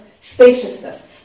spaciousness